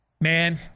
Man